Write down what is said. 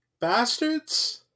Bastards